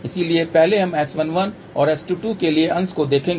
इसलिए पहले हम S11 और S22 के लिए अंश को देखेंगे